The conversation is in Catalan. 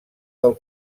del